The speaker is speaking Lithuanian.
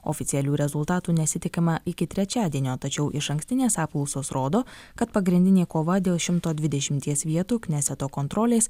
oficialių rezultatų nesitikima iki trečiadienio tačiau išankstinės apklausos rodo kad pagrindinė kova dėl šimto dvidešimties vietų kneseto kontrolės